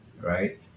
right